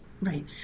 Right